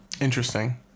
Interesting